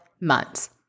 months